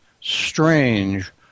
strange